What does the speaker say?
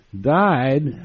died